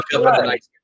Right